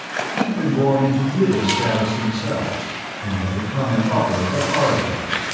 he'd been born into middle status himself and had become an upper the hard way.